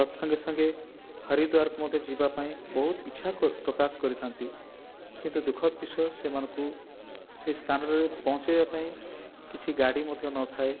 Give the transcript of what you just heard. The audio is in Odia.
ତତ୍ସଙ୍ଗେ ସଙ୍ଗେ ହରିଦ୍ବାରକୁ ମଧ୍ୟ ଯିବାପାଇଁ ବହୁତ ଇଚ୍ଛା ପ୍ରକାଶ କରିଥାନ୍ତି କିନ୍ତୁ ଦୁଃଖ ର ବିଷୟ ସେମାନଙ୍କୁ ସେହି ସ୍ଥାନରେ ପହଞ୍ଚେଇବା ପାଇଁ କିଛି ଗାଡ଼ି ମଧ୍ୟ ନଥାଏ